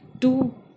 two